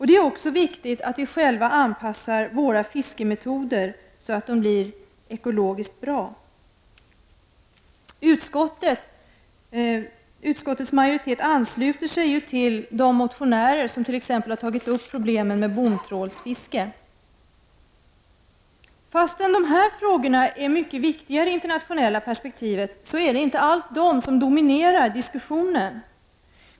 Det är också viktigt att vi själva anpassar våra fiskemetoder, så att de blir ekologiskt bra. Utskottets majoritet ansluter sig ju till de motionärer som t.ex. har tagit upp problemen med bomtrålsfiske. Fastän de här frågorna är mycket viktiga i det internationella perspektivet, är det inte alls de som dominerar diskussionen.